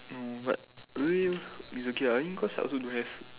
oh but really it's okay lah I think cause I also don't have